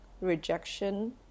rejection